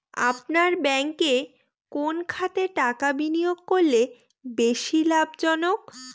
আপনার ব্যাংকে কোন খাতে টাকা বিনিয়োগ করলে বেশি লাভজনক?